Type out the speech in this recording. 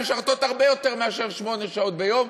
משרתות הרבה יותר משלוש שעות ביום,